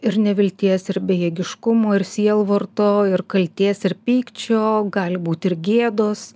ir nevilties ir bejėgiškumo ir sielvarto ir kaltės ir pykčio gali būti ir gėdos